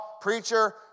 preacher